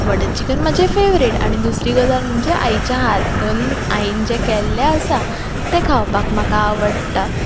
butter chicken म्हाजे favourite आनी दुसरी गजाल म्हणजे आईच्या हातून आईन जे केल्ले आसा ते खावपाक म्हाका आवडटा